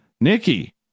Nikki